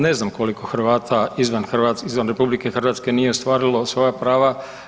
Ne znam koliko Hrvata izvan RH nije ostvarilo svoja prava.